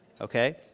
Okay